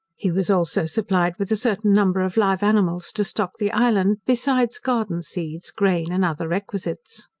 he was also supplied with a certain number of live animals to stock the island, besides garden seeds, grain, and other requisites.